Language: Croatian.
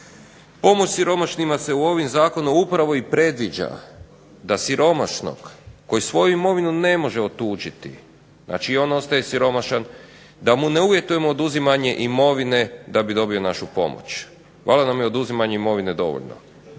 Pomoć siromašnima se ovim zakonom upravo i predviđa da siromašnog koji svoju imovinu ne može otuđiti, znači i on ostaje siromašan, da mu ne uvjetujemo oduzimanje imovine da bi dobio našu pomoć. Valjda nam je oduzimanja imovine dovoljno.